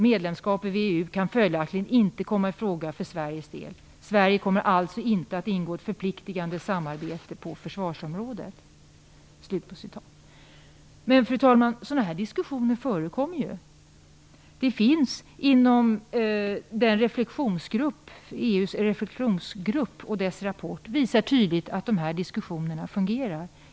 Medlemskap i VEU kan följaktligen inte komma i fråga för svensk del - Sverige kommer alltså inte att gå in i ett förpliktande samarbete på försvarsområdet." Men, fru talman, sådana här diskussioner förekommer ju. EU:s reflexionsgrupp och dess rapport visar tydligt att fungerande diskussioner pågår.